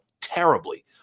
terribly